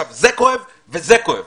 זה כואב וזה כואב.